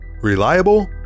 Reliable